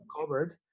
covered